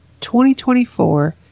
2024